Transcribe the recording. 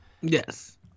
Yes